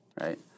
right